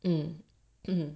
嗯嗯